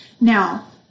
Now